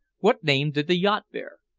what name did the yacht bear?